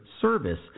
service